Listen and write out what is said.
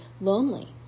lonely